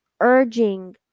urging